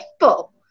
people